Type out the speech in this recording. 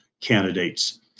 candidates